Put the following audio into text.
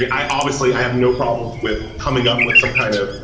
i obviously i have no problem with coming up with some kind of,